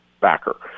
backer